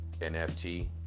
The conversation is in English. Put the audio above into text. NFT